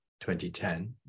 2010